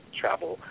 travel